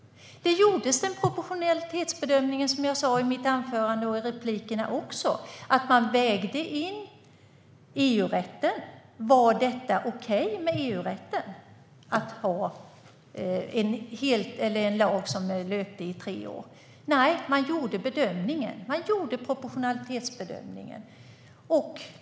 Det gjordes en proportionalitetsbedömning, som jag sa i mitt anförande och i replikerna. Man vägde in EU-rätten och undersökte om det var okej med den att ha en lag som löper i tre år. Man gjorde alltså en proportionalitetsbedömning.